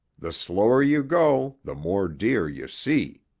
the slower you go, the more deer you see.